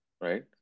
right